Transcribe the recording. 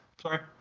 Sorry